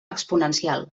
exponencial